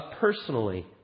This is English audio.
personally